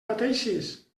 pateixis